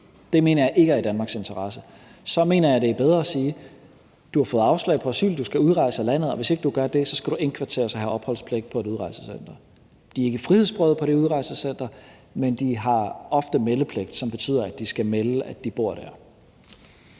Det mener jeg ikke er i Danmarks interesse. Så mener jeg, at det er bedre at sige: Du har fået afslag på asyl, du skal udrejse af landet, og hvis ikke du gør det, skal du indkvarteres og have opholdspligt på et udrejsecenter. De er ikke frihedsberøvede på det udrejsecenter, men de har ofte meldepligt, hvilket betyder, at de skal melde, at de bor der.